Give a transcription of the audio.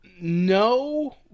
no